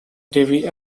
devi